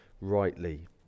rightly